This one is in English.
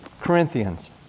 Corinthians